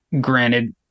granted